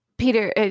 Peter